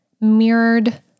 mirrored